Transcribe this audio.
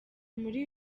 muri